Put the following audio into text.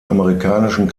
amerikanischen